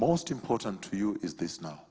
most important to you is this no